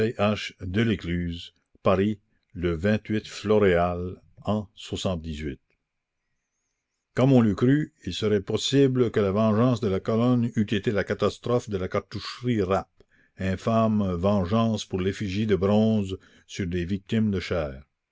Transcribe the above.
paris le floréal an omme on le crut il serait possible que la vengeance de la colonne eût été la catastrophe de la cartoucherie rapp infâme vengeance pour l'effigie de bronze sur des victimes de chair